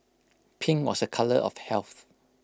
pink was A colour of health